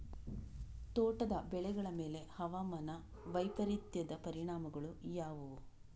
ತೋಟದ ಬೆಳೆಗಳ ಮೇಲೆ ಹವಾಮಾನ ವೈಪರೀತ್ಯದ ಪರಿಣಾಮಗಳು ಯಾವುವು?